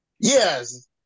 Yes